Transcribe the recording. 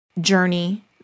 journey